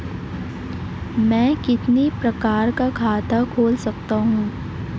मैं कितने प्रकार का खाता खोल सकता हूँ?